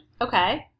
okay